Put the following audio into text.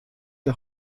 der